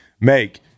Make